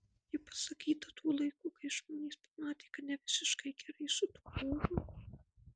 ji pasakyta tuo laiku kai žmonės pamatė kad ne visiškai gerai su tuo euru